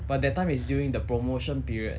but that time is during the promotion period